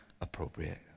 appropriate